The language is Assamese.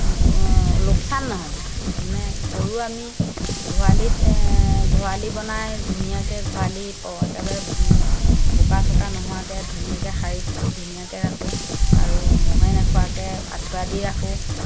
লোকচান নহয় তাৰমানে গৰু আমি গোহালিত গোহালি বনাই ধুনীয়াকৈ গোহালি প একেবাৰে বোকা চোকা নোহোৱাকৈ ধুনীয়াকৈ সাৰি পুচি ধুনীয়াকৈ ৰাখোঁ আৰু মহে নোখোৱাকৈ আঁঠুৱা দি ৰাখোঁ